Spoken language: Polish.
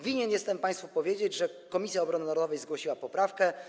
Winien jestem państwu to, żeby powiedzieć, że Komisja Obrony Narodowej zgłosiła poprawkę.